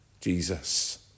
Jesus